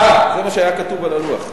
אה, זה מה שהיה כתוב על הלוח.